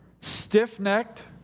stiff-necked